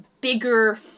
bigger